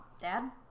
dad